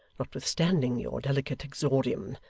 notwithstanding your delicate exordium.